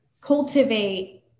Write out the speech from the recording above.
cultivate